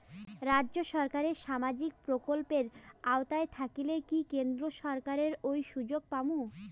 রাজ্য সরকারের সামাজিক প্রকল্পের আওতায় থাকিলে কি কেন্দ্র সরকারের ওই সুযোগ পামু?